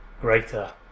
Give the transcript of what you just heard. greater